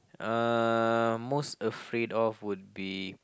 uh most afraid of would be